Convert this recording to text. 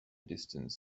distance